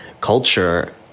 culture